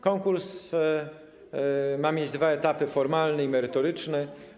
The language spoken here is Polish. Konkurs ma mieć dwa etapy: formalny i merytoryczny.